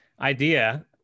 idea